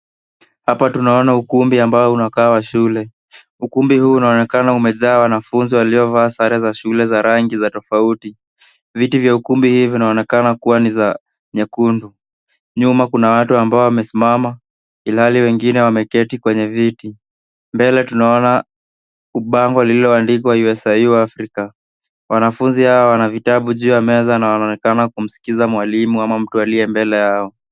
Hapa tunaona ukumbi ambao unakaa wa shule. Ukumbi huu unaonekana umejaa wanafunzi waliovaa sare za shule za rangi za tofauti. Viti vya ukumbi hii vinaonekana kuwa ni za nyekundu. Nyuma kuna watu ambao wamesimama ilhali wengine wameketi kwenye viti. Mbele tunaona bango lililoandikwa USIU AFRICA. Wanafunzi hawa wana vitabu juu ya meza na wanaonekana kumskiza mwalimu ama mtu aliye mbele yao.